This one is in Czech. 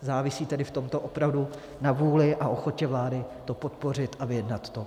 Závisí tedy v tomto opravdu na vůli a ochotě vlády to podpořit a vyjednat to.